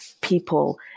people